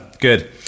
Good